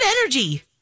energy